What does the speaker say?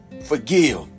Forgive